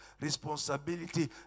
responsibility